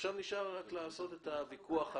עכשיו נשאר לעשות את הוויכוח.